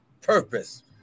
purpose